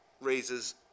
raises